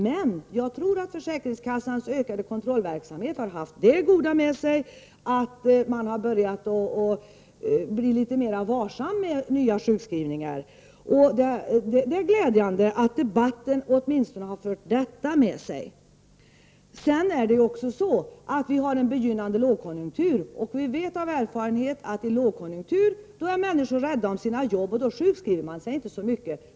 Men jag tror att försäkringskassans ökade kontrollverksamhet har haft det goda med sig att man har börjat bli litet mera varsam med nya sjukskrivningar. Det är glädjande att debatten åtminstone har fört detta med sig. Nu har vi en begynnande lågkonjunktur. Vi vet av erfarenhet att i en lågkonjunktur är människorna rädda om sina jobb, och då sjukskriver de sig inte så mycket.